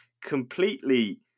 completely